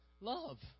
love